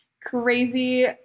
Crazy